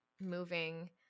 moving